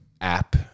app